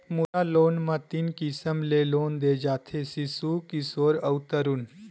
मुद्रा लोन म तीन किसम ले लोन दे जाथे सिसु, किसोर अउ तरून